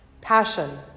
Passion